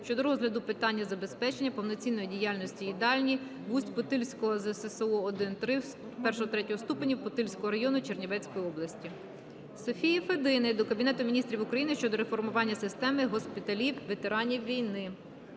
щодо розгляду питання забезпечення повноцінної діяльності їдальні в Усть-Путильському ЗЗСО І-ІІІ ступенів, Путильского району Чернівецької області. Софії Федини до Кабінету Міністрів України щодо реформування системи госпіталів ветеранів війни.